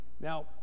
Now